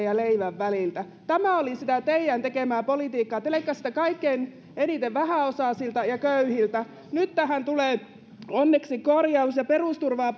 ja leivän välillä tämä oli sitä teidän tekemäänne politiikkaa te leikkasitte kaikkein eniten vähäosaisilta ja köyhiltä nyt tähän tulee onneksi korjaus ja perusturvaa